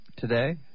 Today